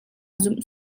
zumh